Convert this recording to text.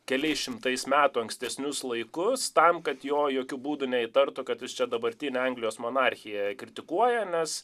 keliais šimtais metų ankstesnius laikus tam kad jo jokiu būdu neįtartų kad jis čia dabartinę anglijos monarchiją kritikuoja nes